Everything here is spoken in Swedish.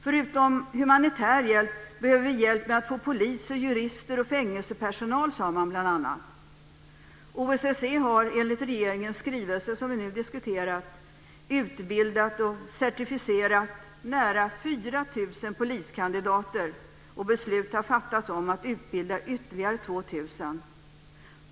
Förutom humanitär hjälp behöver vi hjälp med att få polis, jurister och fängelsepersonal, sade man bl.a. OSSE har enligt regeringens skrivelse, som vi nu diskuterar, utbildat och certifierat nära 4 000 poliskandidater, och beslut har fattats om att utbilda ytterligare 2 000.